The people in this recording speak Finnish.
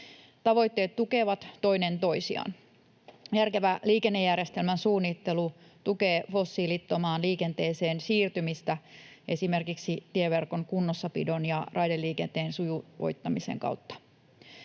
Tavoitteet tukevat toinen toisiaan. Järkevä liikennejärjestelmän suunnittelu tukee fossiilittomaan liikenteeseen siirtymistä esimerkiksi tieverkon kunnossapidon ja raideliikenteen sujuvoittamisen kautta.